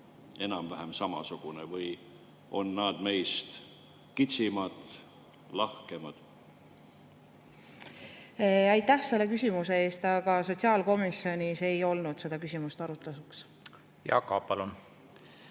enam-vähem samasugune või on nad meist kitsimad või lahkemad? Aitäh selle küsimuse eest! Aga sotsiaalkomisjonis ei olnud see küsimus arutelul. Aitäh selle